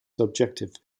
subjective